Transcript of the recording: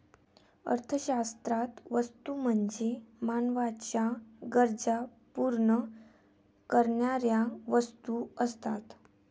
अर्थशास्त्रात वस्तू म्हणजे मानवाच्या गरजा पूर्ण करणाऱ्या वस्तू असतात